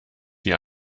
sie